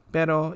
Pero